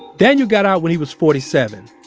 daniel got out when he was forty-seven.